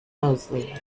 mosley